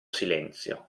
silenzio